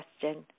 question